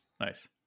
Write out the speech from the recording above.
Nice